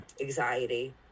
anxiety